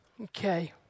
okay